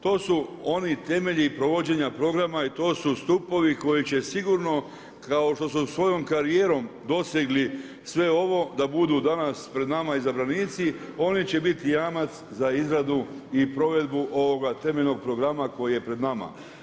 To su oni temelji provođenja programa i to su stupovi koji će sigurno kao što su svojom karijerom dosegli sve ovo da budu danas pred nama izabranici oni će biti jamac za izradu i provedbu ovoga temeljnog programa koji je pred nama.